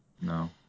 No